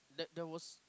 there there was